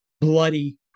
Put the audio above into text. bloody